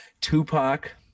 Tupac